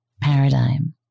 paradigm